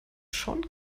schon